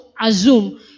assume